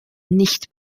nicht